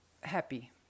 happy